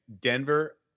Denver